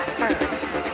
first